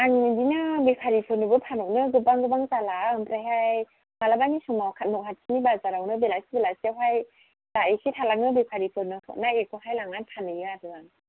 आं बिदिनो बेफारिफोरनोबो फानहरो गोबां गोबां जाला ओमफ्रायहाय मालाबानि समाव न खाथिनि बाजारआवनो बेलासि बेलासियावहाय जा एसे थालाङो बेफारिफोरनो हरनाय बेखौहाय लांनानै फानहैयो आरो आं